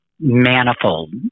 Manifold